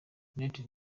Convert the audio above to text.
united